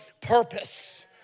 purpose